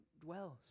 dwells